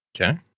Okay